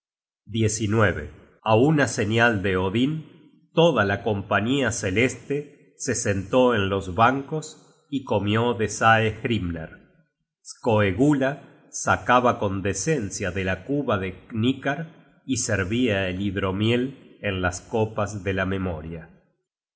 a una señal de odin toda la compañía celeste se sentó en los bancos y comió de saehrimner skoegula sacaba con decencia de la cuba de hnikar y servia el hidromiel en las copas de la memoria